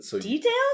Details